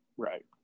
right